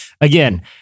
Again